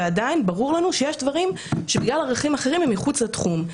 ועדיין ברור לנו שיש דברים שבגלל ערכים אחרים הם מחוץ לתחום.